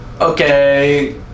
Okay